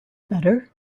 better